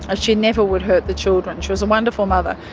ah she never would hurt the children. she was a wonderful mother.